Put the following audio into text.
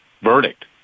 verdict